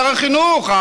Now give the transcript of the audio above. שר החינוך,